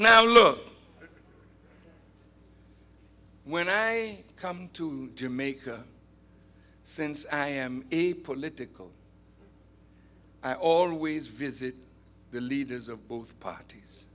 now look when i come to jamaica since i am a political i always visit the leaders of both parties